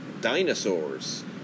dinosaurs